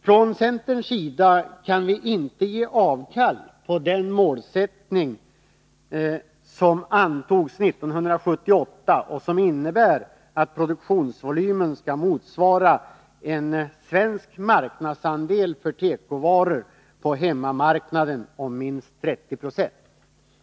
Från centerns sida kan vi inte ge avkall på den målsättning som antogs 1978 och som innebär att produktionsvolymen skall motsvara en svensk marknadsandel för tekovaror på hemmamarknaden om minst 30 26.